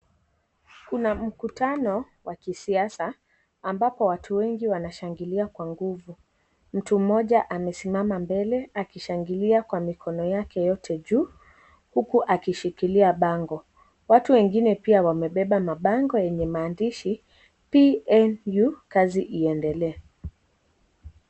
Kuna mkutano wa kisiasa ambapo watu wengi wanashangilia kwa nguvu. Mtu mmoja amesimama mbele akishangilia kwa mikono yake yote juu huku akishikilia bango. Watu wengine pia wamebeba mabango yenye maandishi " BFU kazi iendelee"